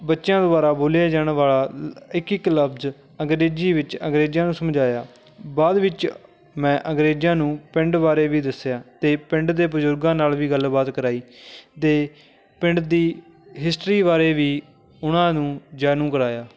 ਬੱਚਿਆਂ ਦੁਆਰਾ ਬੋਲਿਆ ਜਾਣ ਵਾਲਾ ਇੱਕ ਇੱਕ ਲਫਜ਼ ਅੰਗਰੇਜ਼ੀ ਵਿੱਚ ਅੰਗਰੇਜ਼ਾਂ ਨੂੰ ਸਮਝਾਇਆ ਬਾਅਦ ਵਿੱਚ ਮੈਂ ਅੰਗਰੇਜ਼ਾਂ ਨੂੰ ਪਿੰਡ ਬਾਰੇ ਵੀ ਦੱਸਿਆ ਅਤੇ ਪਿੰਡ ਦੇ ਬਜ਼ੁਰਗਾਂ ਨਾਲ ਵੀ ਗੱਲਬਾਤ ਕਰਾਈ ਦੇ ਪਿੰਡ ਦੀ ਹਿਸਟਰੀ ਬਾਰੇ ਵੀ ਉਹਨਾਂ ਨੂੰ ਜਾਣੂ ਕਰਾਇਆ